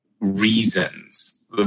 reasons